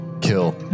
kill